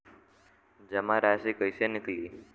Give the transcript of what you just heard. जमा राशि कइसे निकली?